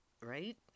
right